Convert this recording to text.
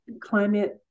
climate